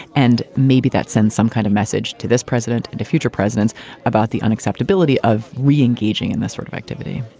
and maybe that sends some kind of message to this president and future presidents about the unacceptability of re-engaging in this sort of activity